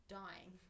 dying